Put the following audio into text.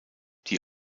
die